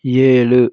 ஏழு